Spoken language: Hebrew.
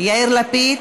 יאיר לפיד?